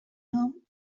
nom